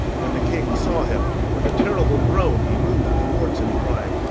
when the king saw him, with a terrible groan he moved towards him, crying,